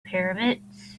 pyramids